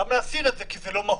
למה להסיר את זה כי זה לא מהותי?